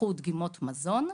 נלקחו דגימות מזון.